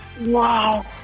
Wow